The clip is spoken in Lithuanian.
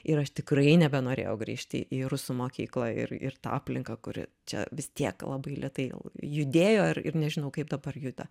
ir aš tikrai nebenorėjau grįžti į rusų mokyklą ir ir tą aplinką kuri čia vis tiek labai lėtai jau judėjo ir nežinau kaip dabar juda